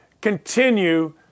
continue